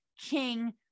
king